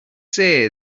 say